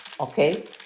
okay